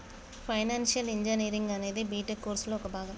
financial engineering అనేది BTech కోర్సులో ఒక భాగం